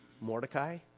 Mordecai